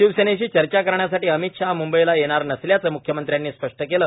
शिवसेनेशी चर्चा करण्यासाठी अमित शहा मुंबईत येणार नसल्याचं मुख्यमंत्र्यांनी स्पष्ट केलं